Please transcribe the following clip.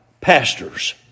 pastors